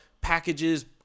packages